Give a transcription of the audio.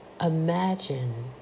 Imagine